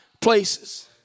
places